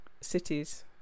cities